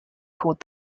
called